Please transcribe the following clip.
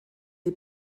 die